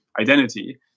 identity